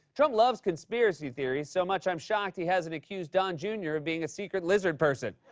trump loves conspiracy theories so much, i'm shocked he hasn't accused don jr. of being a secret lizard person.